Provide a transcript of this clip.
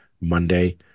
Monday